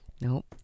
Nope